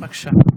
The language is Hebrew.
בבקשה.